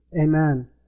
Amen